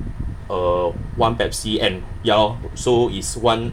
err one Pepsi and ya lor so is one